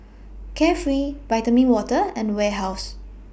Carefree Vitamin Water and Warehouse